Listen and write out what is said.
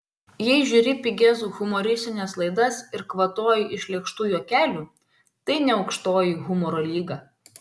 jei žiūri pigias humoristines laidas ir kvatoji iš lėkštų juokelių tai ne aukštoji humoro lyga